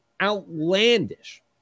Outlandish